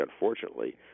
unfortunately